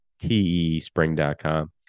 Teespring.com